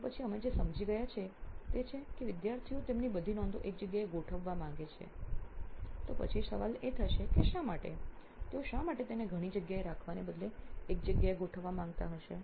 તો પછી અમે જે સમજી ગયા છે તે છે કે વિદ્યાર્થીઓ તેમની બધી નોંધો એક જગ્યાએ ગોઠવવા માંગે છે તો પછી સવાલ એ થશે કે શા માટે તેઓ શા માટે તેને ઘણી જગ્યાએ રાખવાને બદલે એક જગ્યાએ ગોઠવવા માંગતા હશે